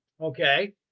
Okay